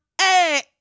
hey